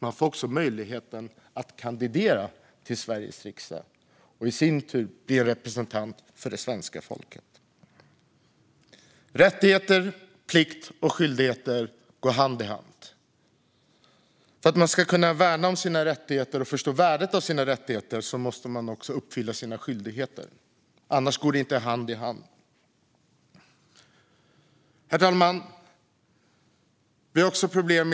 Man får också möjligheten att kandidera till Sveriges riksdag och i sin tur bli representant för det svenska folket. Rättigheter, plikt och skyldigheter går hand i hand. För att man ska kunna värna om sina rättigheter och förstå värdet av sina rättigheter måste man också uppfylla sina skyldigheter, annars går det inte hand i hand. Herr talman!